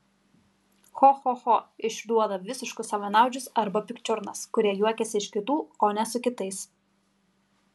cho cho cho išduoda visiškus savanaudžius arba pikčiurnas kurie juokiasi iš kitų o ne su kitais